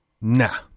nah